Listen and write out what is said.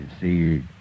see